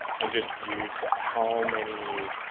and just viewed how many